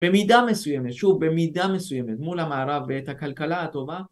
במידה מסוימת שוב במידה מסוימת מול המערב ואת הכלכלה הטובה